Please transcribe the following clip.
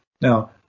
Now